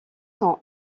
sont